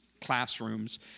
classrooms